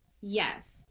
Yes